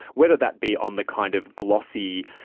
whether that be on the kind of glossy,